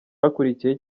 hakurikiyeho